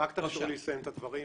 רק תאפשרו לי לסיים את הדברים.